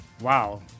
Wow